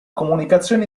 comunicazione